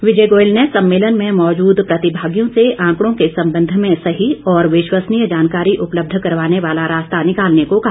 विजय गोयल ने सम्मेलन में मौजूद प्रतिभागियों से आंकड़ों के संबंध में सही और विश्वसनीय जानकारी उपलब्ध करवाने वाला रास्ता निकालने को कहा